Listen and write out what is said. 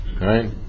right